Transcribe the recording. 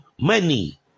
money